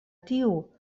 tiu